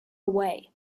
away